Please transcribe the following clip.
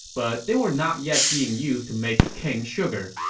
but they were not yet being used to make cane sugar.